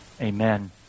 Amen